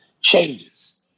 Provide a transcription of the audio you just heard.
changes